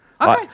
Okay